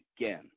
again